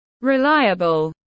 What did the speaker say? reliable